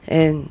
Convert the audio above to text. and